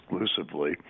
exclusively